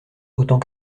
autant